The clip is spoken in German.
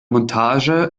montage